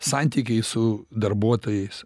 santykiai su darbuotojais